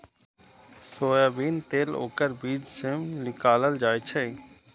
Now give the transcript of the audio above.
soybean तेल ओकर बीज सं निकालल जाइ छै